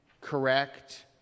correct